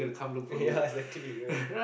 okay ya exactly right